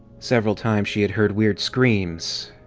several times, she had heard weird screams,